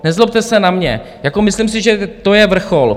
Nezlobte se na mě, myslím si, že to je vrchol.